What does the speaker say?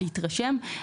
להתרשם.